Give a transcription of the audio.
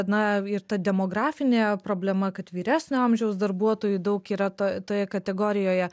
na ir ta demografinė problema kad vyresnio amžiaus darbuotojų daug yra to toje kategorijoje